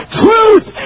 truth